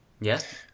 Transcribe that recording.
yes